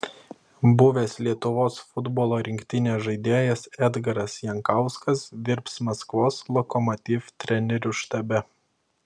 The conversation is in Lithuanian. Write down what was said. buvęs lietuvos futbolo rinktinės žaidėjas edgaras jankauskas dirbs maskvos lokomotiv trenerių štabe